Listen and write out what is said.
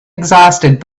exhausted